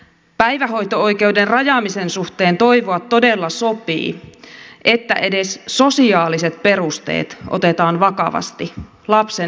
päivähoito oikeuden rajaamisen suhteen toivoa todella sopii että edes sosiaaliset perusteet otetaan vakavasti lapsen etua ajatellen